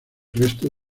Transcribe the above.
resto